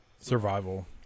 survival